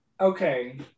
Okay